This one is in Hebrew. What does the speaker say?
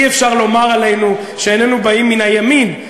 אי-אפשר לומר עלינו שאיננו באים מהימין,